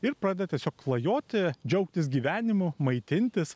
ir pradeda tiesiog klajoti džiaugtis gyvenimu maitintis